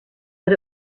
but